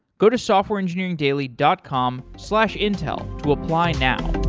go to softwareengineeringdaily dot com slash intel to apply now.